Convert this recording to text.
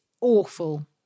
awful